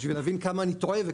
בשביל להבין כמה אני טועה.